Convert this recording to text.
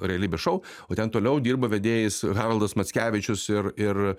realybės šou o ten toliau dirbo vedėjais haroldas mackevičius ir ir